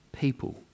people